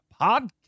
podcast